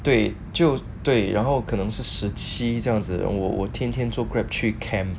对就对然后可能是十七这样子我我天天坐 Grab 去 camp